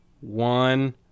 One